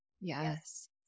Yes